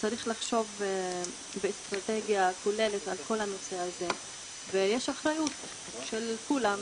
צריך לחשוב באסטרטגיה כוללת על כל הנושא הזה ויש אחריות של כולם,